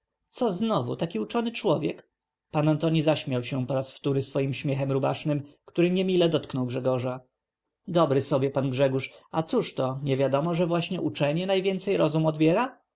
co znowu taki uczony człowiekt pan antoni zaśmiał się po raz wtóry swym śmiechem rubasznym który niemile dotknął grzegorza dobry sobie pan grzegorz a cóż to niewiadomo że właśnie uczenie najwięcej rozum odbiera